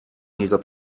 niego